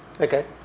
okay